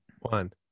One